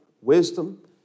wisdom